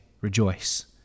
rejoice